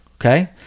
Okay